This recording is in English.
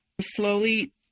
Slowly